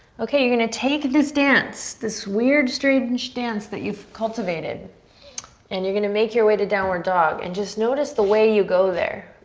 okay, you're gonna take this dance, this weird, strange dance that you've cultivated and you're gonna make your way to downward dog and just notice the way you go there.